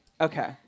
Okay